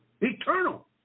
Eternal